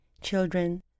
Children